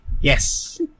Yes